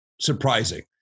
surprising